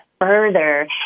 further